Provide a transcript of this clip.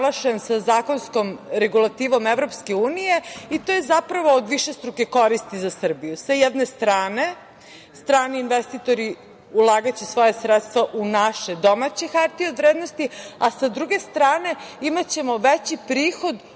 sa zakonskom regulativom EU i to je zapravo od višestruke koristi za Srbiju.S jedne strane, strani investitori ulagaće svoja sredstva u naše domaće hartije od vrednosti. A sa druge strane, imaćemo veći prihod